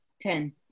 ten